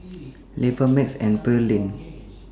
Levar Max and Pearlene